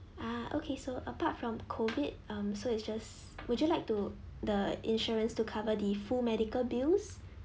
ah okay so apart from COVID um so it's just would you like to the insurance to cover the full medical bills